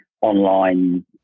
online